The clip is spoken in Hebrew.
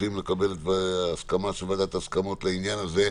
טורחים לקבל הסכמה של ועדת ההסכמות לעניין הזה.